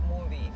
movie